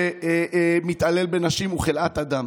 מי שמתעלל בנשים, הוא חלאת אדם